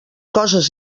coses